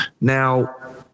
now